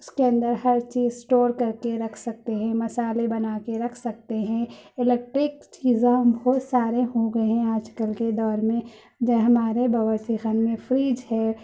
اس کے اندر ہر چیز اسٹور کر کے رکھ سکتے ہیں مصالحے بنا کے رکھ سکتے ہیں الیکٹرک چیزاں بہت سارے ہو گئے ہیں آج کل کے دور میں جو ہمارے باورچی خانے میں فریج ہے